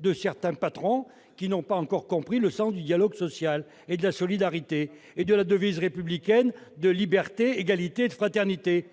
de certains patrons qui n'ont pas encore compris le sens du dialogue social, celui de la solidarité et celui de la devise républicaine- liberté, égalité, fraternité.